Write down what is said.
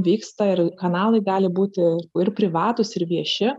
vyksta ir kanalai gali būti ir privatūs ir vieši